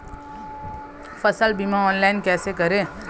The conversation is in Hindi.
फसल बीमा ऑनलाइन कैसे करें?